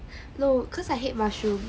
no cause I hate mushroom